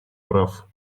прав